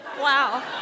Wow